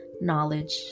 knowledge